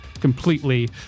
completely